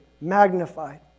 magnified